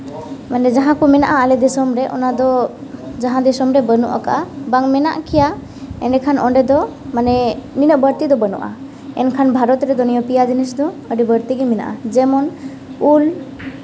ᱢᱟᱱᱮ ᱡᱟᱦᱟᱸ ᱠᱚ ᱢᱮᱱᱟᱜᱼᱟ ᱟᱞᱮ ᱫᱤᱥᱚᱢ ᱨᱮᱫᱤᱥᱚᱢ ᱨᱮ ᱵᱟᱹᱱᱩᱜ ᱠᱟᱜᱼᱟ ᱵᱟᱝ ᱢᱮᱱᱟᱜ ᱜᱮᱭᱟ ᱮᱸᱰᱮᱠᱷᱟᱱ ᱚᱸᱰᱮ ᱫᱚ ᱢᱟᱱᱮ ᱱᱩᱱᱟᱹᱜ ᱵᱟᱹᱲᱛᱤ ᱫᱚ ᱵᱟᱹᱱᱩᱜᱼᱟ ᱮᱱᱠᱷᱟᱱ ᱵᱷᱟᱨᱚᱛ ᱨᱮᱫᱚ ᱱᱤᱭᱟᱹ ᱯᱮᱭᱟ ᱡᱤᱱᱤᱥ ᱫᱚ ᱟᱹᱰᱤ ᱵᱟᱹᱲᱛᱤ ᱜᱮ ᱢᱮᱱᱟᱜᱼᱟ ᱡᱮᱢᱚᱱ ᱩᱞ